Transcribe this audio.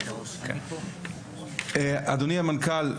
אדוני המנכ"ל,